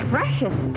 Precious